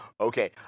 okay